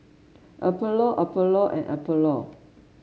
Apollo Apollo and Apollo